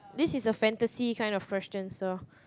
this is fantasy question of kind so